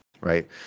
right